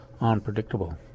unpredictable